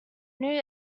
new